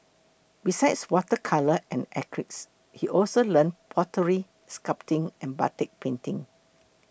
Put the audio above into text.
besides water colour and acrylics he also learnt pottery sculpting and batik painting